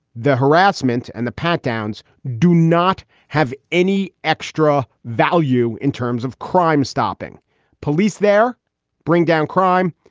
the harassment and the pat downs do not have any extra value in terms of crime. stopping police there bring down crime.